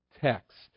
text